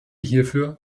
hierfür